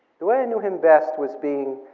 the way i knew him best was being,